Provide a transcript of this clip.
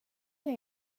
jag